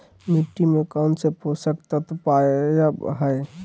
मिट्टी में कौन से पोषक तत्व पावय हैय?